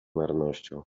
marnością